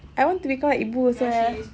I want to become like ibu also eh